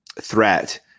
threat